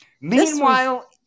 Meanwhile